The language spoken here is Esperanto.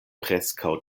preskaŭ